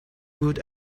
good